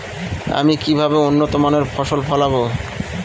আমি কিভাবে উন্নত মানের ফসল ফলাব?